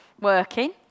working